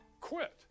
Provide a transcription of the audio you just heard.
quit